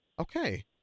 Okay